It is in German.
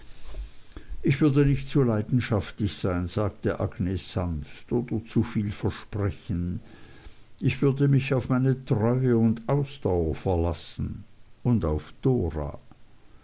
ich würde nicht zu leidenschaftlich sein sagte agnes sanft oder zu viel versprechen ich würde mich auf meine treue und ausdauer verlassen und auf dora